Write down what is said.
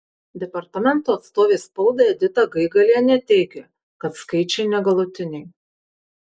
departamento atstovė spaudai edita gaigalienė teigia kad skaičiai negalutiniai